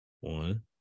one